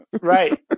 Right